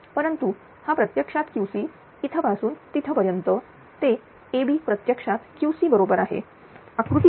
परंतु हा प्रत्यक्षात QCइथपासून तिथपर्यंत ते AB प्रत्यक्षात QC बरोबर आहे आकृतीमध्ये